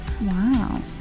Wow